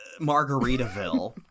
margaritaville